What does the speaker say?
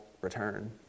return